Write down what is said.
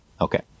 Okay